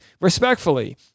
respectfully